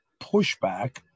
pushback